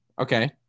Okay